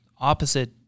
opposite